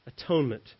atonement